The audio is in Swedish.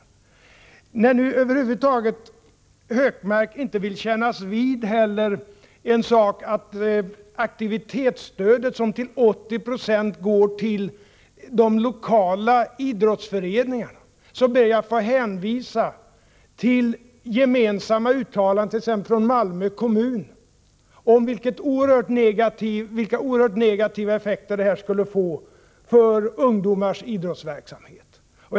När Gunnar Hökmark över huvud taget inte vill kännas vid betydelsen av aktivitetsstödet, som till 80 96 går till de lokala idrottsföreningarna, ber jag att få hänvisa till gemensamma uttalanden från t.ex. Malmö kommun om vilka oerhört negativa effekter för ungdomens idrottsverksamhet ett bortfall av detta stöd skulle få.